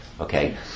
Okay